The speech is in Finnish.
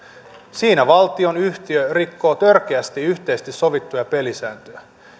siinä valtionyhtiö rikkoo törkeästi yhteisesti sovittuja pelisääntöjä